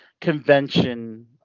convention